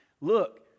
Look